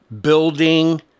building